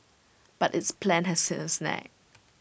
but its plan has hit A snag